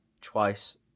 twice